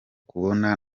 kubona